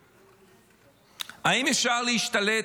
האם אפשר להשתלט,